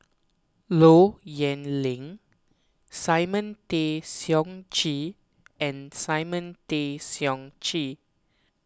Low Yen Ling Simon Tay Seong Chee and Simon Tay Seong Chee